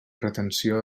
retenció